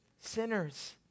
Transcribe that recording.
Sinners